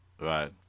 Right